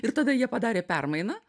ir tada jie padarė permainą